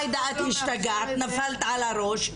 יגידו לי שהשתגעתי ונפלתי על הראש,